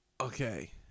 okay